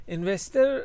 Investor